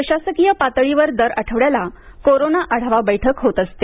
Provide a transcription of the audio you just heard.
प्रशासकीय पातळीवर दर आठवड्याला कोरोना आढावा बैठक होत असते